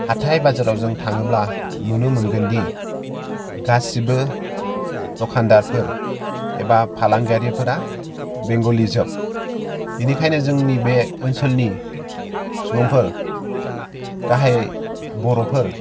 हाथाय बाजाराव जों थाङोब्ला नुनो मोनगोनदि गासिबो दखानदारफोर एबा फालांगिरियाफोरा बेंगलि जोब बिनिखायनो जोंनि बे ओनसोलनि सुबुंफोर गाहायै बर'फोर